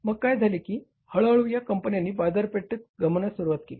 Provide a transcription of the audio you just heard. मग काय झाले की हळूहळू या कंपन्यांनी बाजारपेठ गमावण्यास सुरवात केली